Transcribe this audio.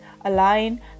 align